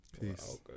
Peace